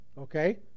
Okay